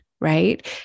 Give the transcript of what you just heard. right